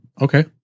Okay